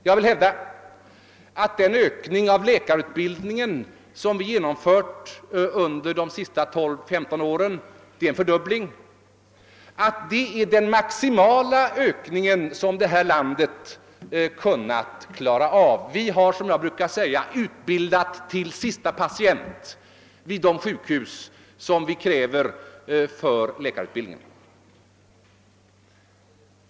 Jag vill som exempel nämna att den ökning av läkarutbildningen som vi genomfört under de senaste 12— 15 åren och som medfört en fördubbling av dess kapacitet innebär den maximala ökning som vårt land kunnat klara av. Vi har, såsom jag brukar säga, utbildat till sista patient vid de sjukhus där vi bedriver läkarutbildning.